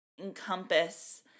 encompass